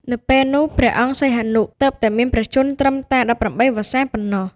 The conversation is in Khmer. នៅពេលនោះ ព្រះអង្គសីហនុទើបតែមានព្រះជន្មត្រឹមតែ ១៨ ព្រះវស្សា ប៉ុណ្ណោះ។